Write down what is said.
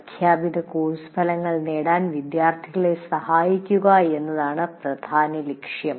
പ്രഖ്യാപിത കോഴ്സ് ഫലങ്ങൾ നേടാൻ വിദ്യാർത്ഥികളെ സഹായിക്കുക എന്നതാണ് പ്രധാന ലക്ഷ്യം